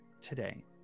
today